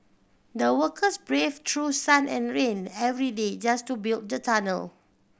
the workers braved sun and rain every day just to build the tunnel